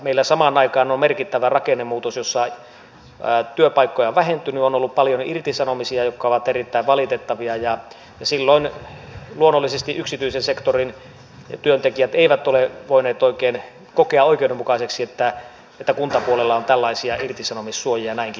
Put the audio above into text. meillä samaan aikaan on merkittävä rakennemuutos jossa työpaikkoja on vähentynyt on ollut paljon irtisanomisia jotka ovat erittäin valitettavia ja silloin luonnollisesti yksityisen sektorin työntekijät eivät ole voineet oikein kokea oikeudenmukaiseksi että kuntapuolella on tällaisia irtisanomissuojia näinkin pitkiä